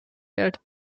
geld